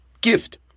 Gift